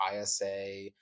ISA